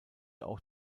auch